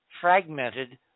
fragmented